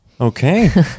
Okay